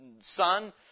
son